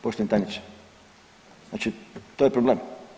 Poštovani tajniče, znači to je problem.